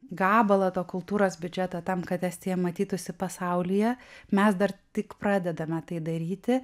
gabalą to kultūros biudžeto tam kad estija matytųsi pasaulyje mes dar tik pradedame tai daryti